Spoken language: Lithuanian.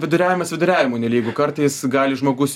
viduriavimas viduriavimu nelygu kartais gali žmogus